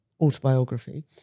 autobiography